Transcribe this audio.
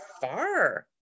far